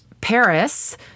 Paris